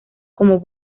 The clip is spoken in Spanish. como